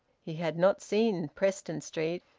he had not seen preston street,